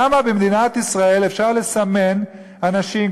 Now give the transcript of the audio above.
למה במדינת ישראל אפשר לסמן אנשים,